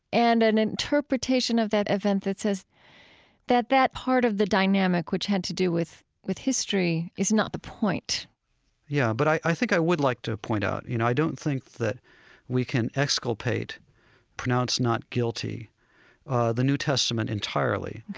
and an interpretation of that event that says that that part of the dynamic which had to do with with history is not the point yeah, but i think i would like to point out, you know, i don't think that we can exculpate pronounce not guilty the new testament entirely.